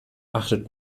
achtet